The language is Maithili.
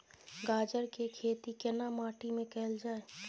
गाजर के खेती केना माटी में कैल जाए?